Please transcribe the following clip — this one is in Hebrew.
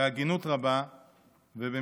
בהגינות רבה ובמקצועיות.